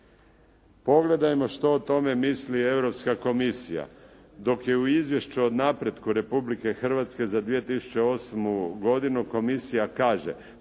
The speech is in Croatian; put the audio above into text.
Pogledajmo što o tome misli Europska komisija. Dok je u izvješću o napretku Republike Hrvatske za 2008. godinu komisija kaže,